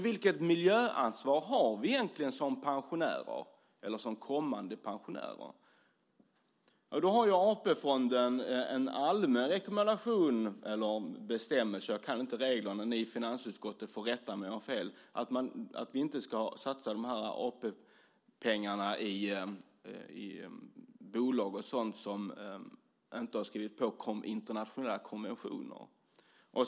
Vilket miljöansvar har vi egentligen som kommande pensionärer? AP-fonden har en allmän rekommendation eller bestämmelse - jag kan inte reglerna, men ni i finansutskottet får rätta mig om jag har fel - att vi inte ska satsa AP-pengarna i bolag som inte har skrivit på internationella konventioner.